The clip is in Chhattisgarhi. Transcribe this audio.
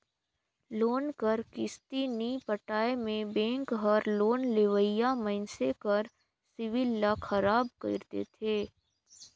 लोन कर किस्ती नी पटाए में बेंक हर लोन लेवइया मइनसे कर सिविल ल खराब कइर देथे